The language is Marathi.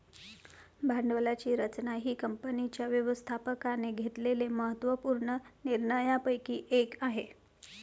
भांडवलाची रचना ही कंपनीच्या व्यवस्थापकाने घेतलेल्या महत्त्व पूर्ण निर्णयांपैकी एक आहे